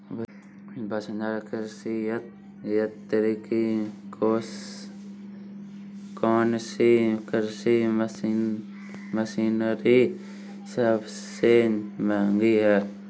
वसुंधरा कृषि यंत्र की कौनसी कृषि मशीनरी सबसे महंगी है?